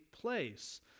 place